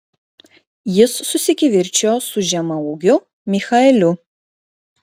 jis susikivirčijo su žemaūgiu michaeliu